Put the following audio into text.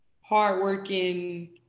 hardworking